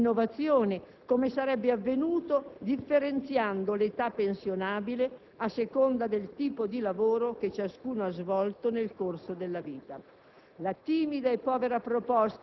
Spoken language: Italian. Neppure si è scelta la via dell'innovazione, come sarebbe avvenuto differenziando l'età pensionabile a seconda del tipo di lavoro che ciascuno ha svolto nel corso della vita.